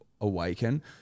awaken